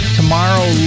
tomorrow